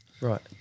Right